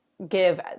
give